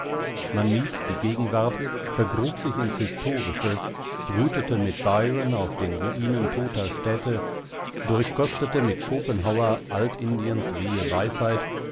man mied die gegenwart vergrub sich ins historische brütete mit byron auf den ruinen toter städte durchkostete mit schopenhauer alt-indiens wehe weisheit